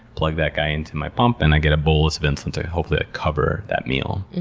plug that guy into my pump and i get a bolus of insulin to hopefully ah cover that meal.